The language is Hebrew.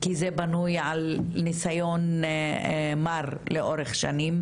כי הוא בנוי על ניסיון מר לאורך שנים,